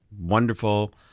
wonderful